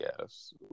Yes